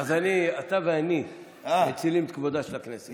אז אתה ואני מצילים את כבודה של הכנסת.